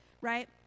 right